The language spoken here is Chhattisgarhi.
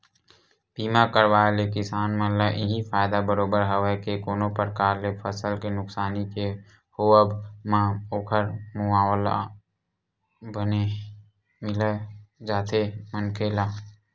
बीमा करवाय ले किसान मन ल इहीं फायदा बरोबर हवय के कोनो परकार ले फसल के नुकसानी के होवब म ओखर मुवाला बने मिल जाथे मनखे ला